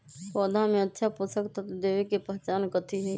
पौधा में अच्छा पोषक तत्व देवे के पहचान कथी हई?